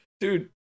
dude